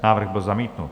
Návrh byl zamítnut.